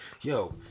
yo